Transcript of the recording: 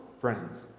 friends